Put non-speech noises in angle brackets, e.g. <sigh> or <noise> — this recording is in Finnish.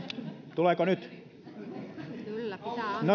tuleeko nyt no <unintelligible>